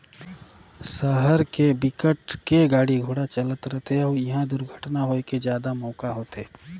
सहर के बिकट के गाड़ी घोड़ा चलत रथे अउ इहा दुरघटना होए के जादा मउका होथे